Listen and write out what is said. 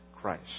Christ